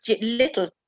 little